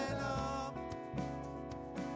up